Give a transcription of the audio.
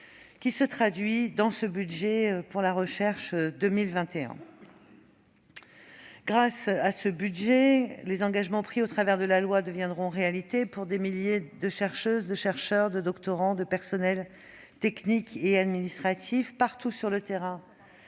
qui se traduit dans le budget de la recherche pour 2021. Grâce à ce budget, les engagements pris au travers de la loi deviendront réalité pour des milliers de chercheuses, chercheurs, doctorants, personnels techniques et administratifs. Partout sur le terrain,